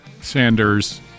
Sanders